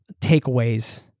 takeaways